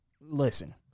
Listen